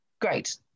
Great